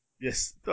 Yes